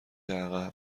عقب